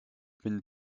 been